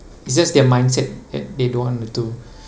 it's just their mindset that they don't want to do